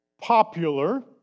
popular